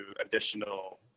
additional